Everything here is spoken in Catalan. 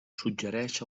suggereix